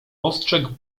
ostrzegł